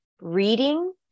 reading